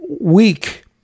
weak